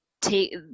take